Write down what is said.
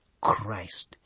Christ